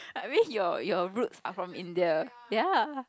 I mean yours yours root are from India